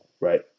right